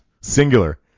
Singular